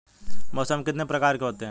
मौसम कितने प्रकार के होते हैं?